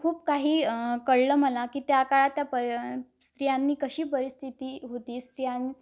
खूप काही कळलं मला की त्या काळात त्या पर स्त्रियांनी कशी परिस्थिती होती स्त्रियां